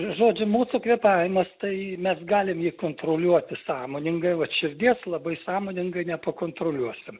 žodžiu mūsų kvėpavimas tai mes galim kontroliuoti sąmoningai vat širdies labai sąmoningai nepakontroliuosim